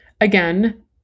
Again